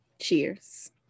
Cheers